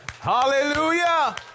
Hallelujah